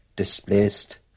displaced